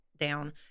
down